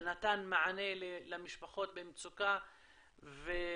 ונתן מענה למשפחות במצוקה ולאנשים